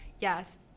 Yes